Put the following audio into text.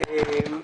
המיקרופון.